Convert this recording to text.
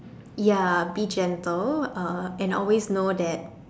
ya be gentle and always know that